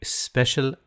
special